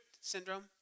syndrome